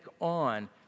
on